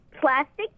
plastic